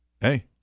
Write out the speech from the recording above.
hey